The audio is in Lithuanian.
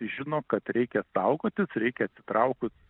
žino kad reikia saugotis reikia atsitraukus